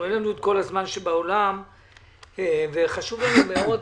אין לנו את כל הזמן שבעולם וחשוב לנו מאוד